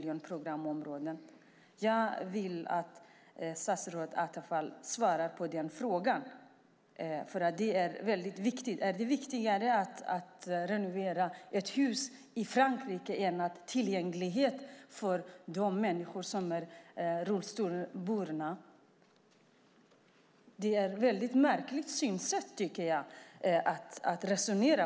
Jag vill att statsrådet Attefall svarar på den frågan, för detta är väldigt viktigt. Är det viktigare att renovera ett hus i Frankrike än att skapa tillgänglighet för rullstolsburna människor? Det är ett väldigt märkligt sätt att resonera.